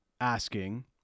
asking